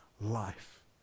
life